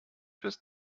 bist